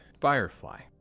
Firefly